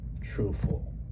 truthful